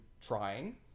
trying